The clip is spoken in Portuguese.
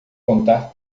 contar